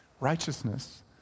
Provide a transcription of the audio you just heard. righteousness